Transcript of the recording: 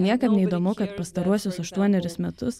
niekam neįdomu kad pastaruosius aštuonerius metus